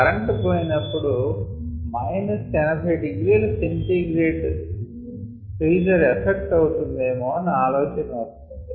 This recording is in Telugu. కరెంటు పోయినపుడు 80 ºC ఫ్రీజర్ ఎఫక్ట్ అవుతుందేమో అని ఆలోచన వస్తుంది